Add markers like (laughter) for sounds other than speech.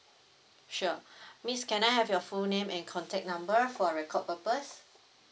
sure (breath) miss can I have your full name and contact number for record purposes